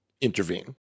intervene